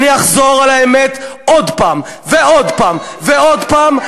אני אחזור על האמת עוד פעם ועוד פעם ועוד פעם,